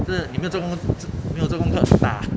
是你没有做功 zh~ 你没有做功课打